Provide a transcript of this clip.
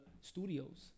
studios